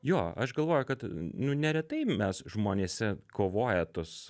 jo aš galvoju kad nu neretai mes žmonėse kovoja tos